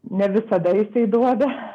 ne visada jisai duoda